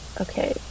okay